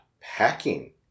packing